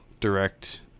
direct